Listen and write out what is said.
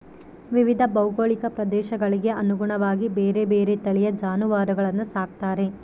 ವಿವಿಧ ಭೌಗೋಳಿಕ ಪ್ರದೇಶಗಳಿಗೆ ಅನುಗುಣವಾಗಿ ಬೇರೆ ಬೇರೆ ತಳಿಯ ಜಾನುವಾರುಗಳನ್ನು ಸಾಕ್ತಾರೆ